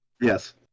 Yes